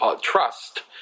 trust